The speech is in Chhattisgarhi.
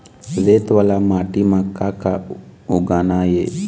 रेत वाला माटी म का का उगाना ये?